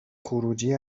خروجی